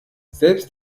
selbst